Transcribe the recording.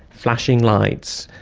flashing lights,